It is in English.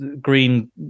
green